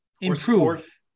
improve